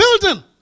building